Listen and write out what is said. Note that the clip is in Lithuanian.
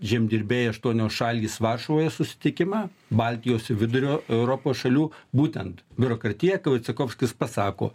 žemdirbiai aštuonios šalys varšuvoje susitikimą baltijos vidurio europos šalių būtent biurokratija ką vaicechovskis pasako